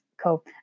cool